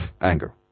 anger